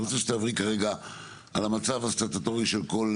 אני רוצה שתעברי כרגע על המצב הסטטוטורי של כל